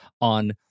on